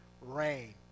rain